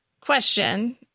question